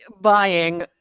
buying